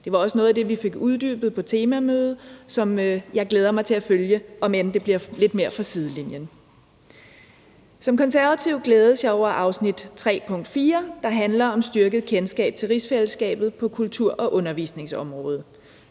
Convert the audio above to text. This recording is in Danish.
Det var også noget af det, vi fik uddybet på temamødet, og som jeg glæder mig til at følge, om det bliver lidt mere fra sidelinjen. Som konservativ glædes jeg over afsnit 3, pkt. 4, der handler om styrket kendskab til rigsfællesskabet på kultur- og undervisningsområdet.